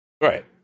Right